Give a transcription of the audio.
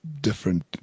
different